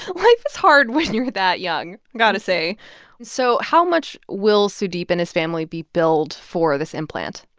life is hard when you're that young got to say so how much will sudeep and his family be billed for this implant?